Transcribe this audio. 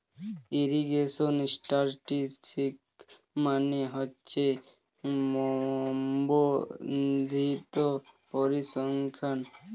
irrigation statistics মানে সেচ সম্বন্ধিত পরিসংখ্যান